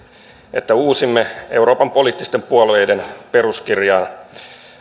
että uusimme euroopan poliittisten puolueiden peruskirjaan